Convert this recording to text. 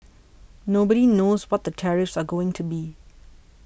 nobody knows what the tariffs are going to be